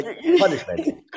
punishment